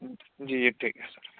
جی جی ٹھیک ہے سر